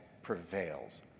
prevails